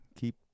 Keep